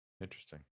Interesting